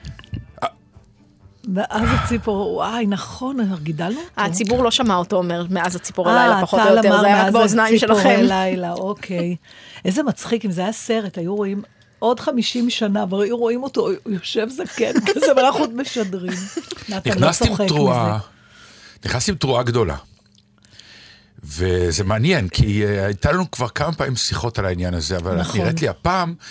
מאז הציפור- וואי, נכון, גידלנו אותו. הציבור לא שמע אותו אומר, "מאז הציפור אה, הלילה", פחות או טל יותר, אמר, זה היה רק "מאז באוזניים הציפור שלכם. הלילה", אוקיי. איזה מצחיק, אם זה היה סרט, היו רואים עוד 50 שנה, אבל היו רואים אותו, יושב זקן כזה, ואנחנו עוד משדרים. נתן, לא נכנסתי עם צוחק תרועה- מזה. נכנסתי עם תרועה גדולה. וזה מעניין, כי, אה, הייתה לנו כבר כמה פעמים שיחות על העניין הזה, אבל נכון. את נראית לי הפעם